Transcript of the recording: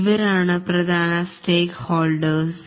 ഇവരാണ് പ്രധാന സ്റ്റേക്കഹോൾഡേഴ്സ്